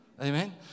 Amen